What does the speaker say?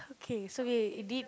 okay so you have edit